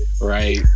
Right